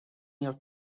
near